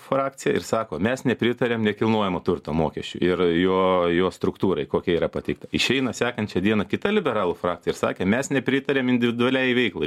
frakcija ir sako mes nepritariam nekilnojamo turto mokesčiui ir jo jo struktūrai kokia yra pateikta išeina sekančią dieną kita liberalų frakcija ir sakė mes nepritariam individualiai veiklai